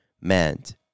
meant